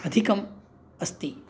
अधिकम् अस्ति